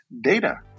data